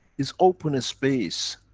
is open space.